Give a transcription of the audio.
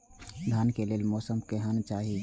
धान के लेल मौसम केहन चाहि?